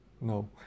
No